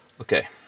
Okay